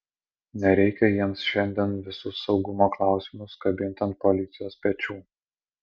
nereikia jiems šiandien visus saugumo klausimus kabint ant policijos pečių